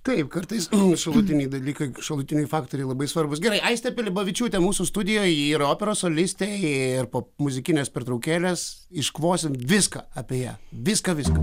taip kartais šalutiniai dalykai šalutiniai faktoriai labai svarbūs gerai aiste pilibavičiūte mūsų studijoj ji yra operos solistė ir po muzikinės pertraukėlės iškvosim viską apie ją viską viską